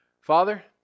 Father